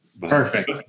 Perfect